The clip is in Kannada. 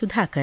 ಸುಧಾಕರ್